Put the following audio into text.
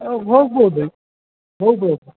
ಹೋಗ್ಬೋದು ಹೋಗ್ಬೋದು